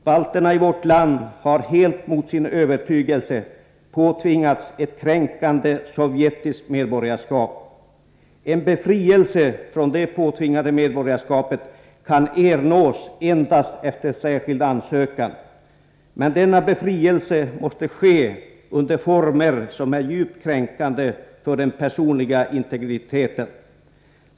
Balterna i vårt land har helt mot sin övertygelse påtvingats ett kränkande sovjetiskt medborgarskap. En befrielse från det påtvingade medborgarskapet kan ernås endast efter särskild ansökan. Men denna befrielse måste ske under former som är djupt kränkande för den personliga integriteten.